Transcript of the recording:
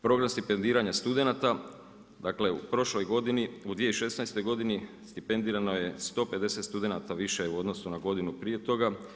Program stipendiranja studenata, dakle u prošlo godini u 2016. stipendirano je 150 studenata više u odnosu na godinu prije toga.